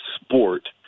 sport –